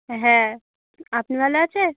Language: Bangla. হ্যাঁ আপনি ভালো আছেন